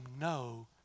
no